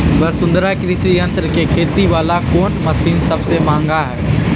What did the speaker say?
वसुंधरा कृषि यंत्र के खेती वाला कोन मशीन सबसे महंगा हई?